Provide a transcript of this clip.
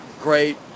great